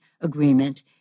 agreement